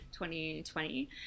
2020